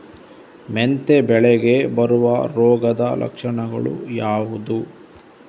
ಮೆಂತೆ ಬೆಳೆಗೆ ಬರುವ ರೋಗದ ಲಕ್ಷಣಗಳು ಯಾವುದು?